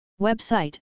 Website